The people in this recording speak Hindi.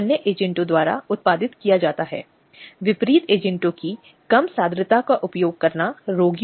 क्योंकि याद रखें कि आपको अपने मामले का बचाव करना होगा